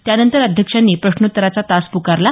त्यानंतर अध्यक्षांनी प्रश्नोत्तराचा तास प्कारला